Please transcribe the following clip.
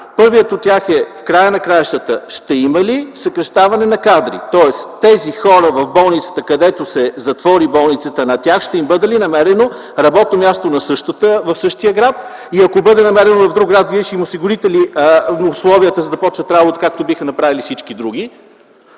Първият от тях е в края на краищата ще има ли съкращаване на кадри? Тоест тези хора в болницата, която ще се затвори, на тях ще им бъде ли намерено работно място в същия град и ако бъде намерено в друг град, Вие ще им осигурите ли условията, за да започнат работа, както биха направили всички други?